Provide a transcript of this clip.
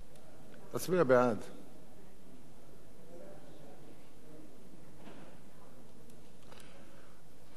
ההצעה להפוך את הצעת חוק העונשין (תיקון,